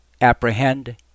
apprehend